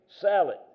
salad